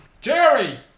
Jerry